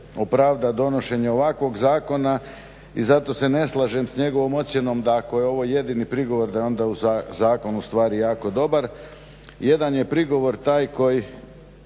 opravda donošenje ovakvog zakona. I zato se ne slažem s njegovom ocjenom da ako je ovo jedini prigovor da je onda zakon ustvari jako dobar. Jedan je prigovor taj koji